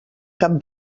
cap